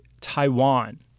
Taiwan